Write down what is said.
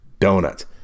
donut